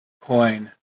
coin